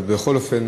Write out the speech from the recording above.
אבל בכל אופן,